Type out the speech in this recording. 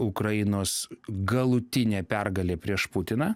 ukrainos galutinė pergalė prieš putiną